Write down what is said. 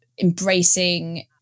embracing